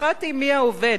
ואחת היא מי העובד.